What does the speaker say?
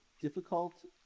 difficult